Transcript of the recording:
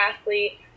athlete